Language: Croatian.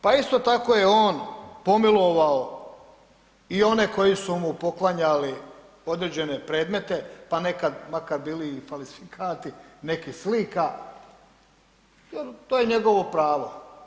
Pa isto tako je on pomilovao i oni koji su mu poklanjali određene predmete, pa nekad makar bili i falsifikati nekih slika jer to je njegovo pravo.